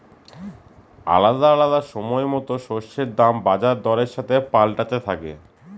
আলাদা আলাদা সময়তো শস্যের দাম বাজার দরের সাথে পাল্টাতে থাকে